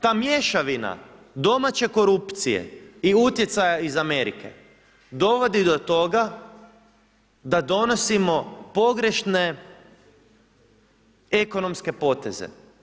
Ta mješavina domaće korupcije i utjecaja iz Amerike, dovodi do toga da donosimo pogrešne ekonomske poteze.